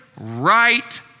right